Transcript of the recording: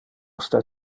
sta